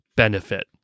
benefit